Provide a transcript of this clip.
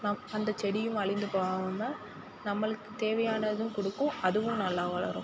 நம் அந்த செடியும் அழிந்து போகாமல் நம்மளுக்கு தேவையானதும் கொடுக்கும் அதுவும் நல்லா வளரும்